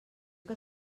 que